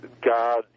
God